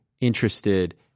interested